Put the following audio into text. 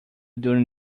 during